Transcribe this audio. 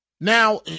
Now